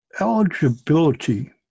eligibility